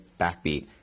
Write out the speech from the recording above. backbeat